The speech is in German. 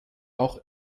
auch